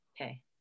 Okay